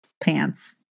pants